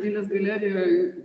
dailės galerijoj